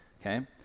okay